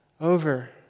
over